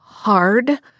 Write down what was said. hard